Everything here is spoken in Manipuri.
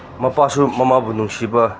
ꯃꯄꯥꯁꯨ ꯃꯃꯥꯕꯨ ꯅꯨꯡꯁꯤꯕ